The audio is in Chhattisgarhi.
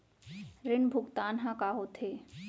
ऋण भुगतान ह का होथे?